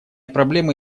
проблемы